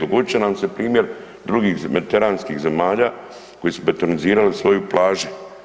Dogodit će nam se primjer drugih mediteranskih zemalja koje su betonizirale svoje plaže.